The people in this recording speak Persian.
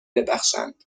ببخشند